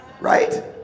right